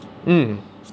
mm